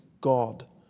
God